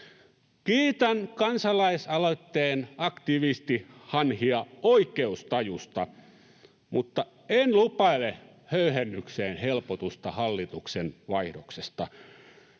Kiitän kansalaisaloitteen aktivistihanhia oikeustajusta, mutta en lupaile höyhennykseen helpotusta hallituksen vaihdoksesta.